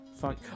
Fuck